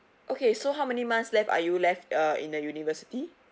okay so how many months left are you left uh in the university